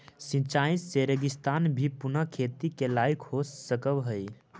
सिंचाई से रेगिस्तान भी पुनः खेती के लायक हो सकऽ हइ